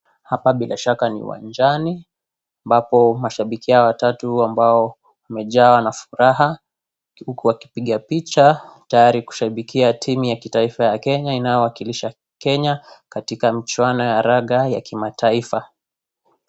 Hapa bila shaka ni uwanjani ambapo mashabiki hawa watatu ambao wamejawa na furaha huku wakipiga picha tayari kushabikia timu ya kitaifa ya Kenya inayowakilisha Kenya katika mchuano wa raga ya kimataifa.